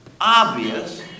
obvious